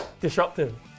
disruptive